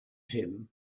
him